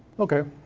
okay.